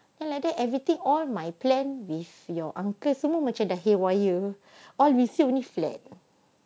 then like that everything all my plan with your uncle semua macam dah haywire all I received only flat